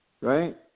right